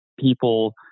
people